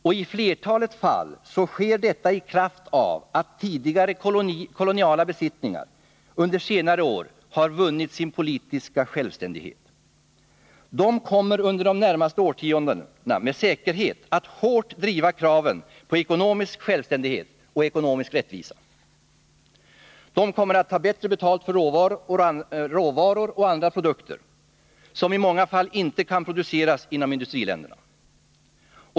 Och i flertalet fall sker detta i kraft av att tidigare koloniala besittningar under senare år vunnit politisk självständighet. De kommer under de närmaste årtiondena med säkerhet att hårt driva kraven på ekonomisk självständighet och rättvisa. De kommer att ta bättre betalt för råvaror och andra produkter som i många fall inte kan produceras inom industriländerna.